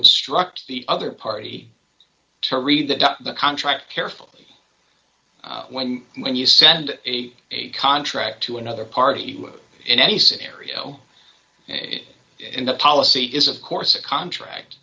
instruct the other party to read the contract careful when when you send a contract to another party in any scenario in the policy is of course a contract